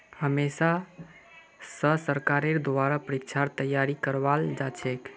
हमेशा स सरकारेर द्वारा परीक्षार तैयारी करवाल जाछेक